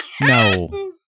No